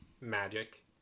magic